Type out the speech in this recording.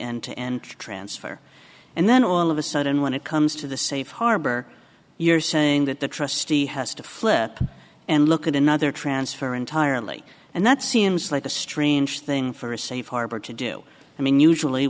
end transfer and then all of a sudden when it comes to the safe harbor you're saying that the trustee has to flip and look at another transfer entirely and that seems like a strange thing for a safe harbor to do i mean usually